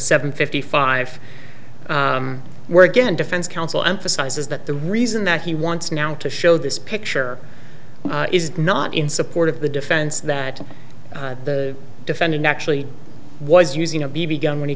seven fifty five where again defense counsel emphasizes that the reason that he wants now to show this picture is not in support of the defense that the defendant actually was using a b b gun when he